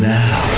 now